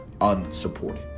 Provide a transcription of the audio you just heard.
unsupported